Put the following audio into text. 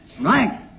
Right